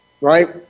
right